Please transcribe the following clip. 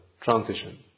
Transition